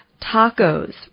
tacos